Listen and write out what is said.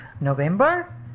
November